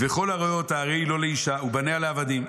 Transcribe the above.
וכל הרואה אותה, הרי היא לו לאישה, ובניה לעבדים.